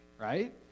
right